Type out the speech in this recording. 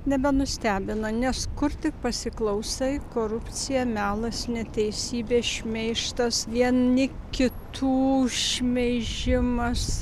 nebenustebino nes kur tik pasiklausai korupcija melas neteisybė šmeižtas vieni kitų šmeižimas